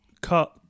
cut